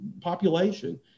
population